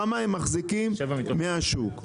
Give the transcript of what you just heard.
כמה הם מחזיקים מהשוק?